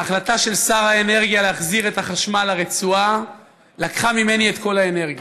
ההחלטה של שר האנרגיה להחזיר את החשמל לרצועה לקחה ממני את כל האנרגיה.